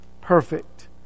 perfect